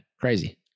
crazy